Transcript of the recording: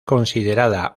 considerada